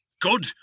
Good